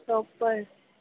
proper